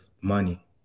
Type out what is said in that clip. money